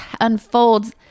unfolds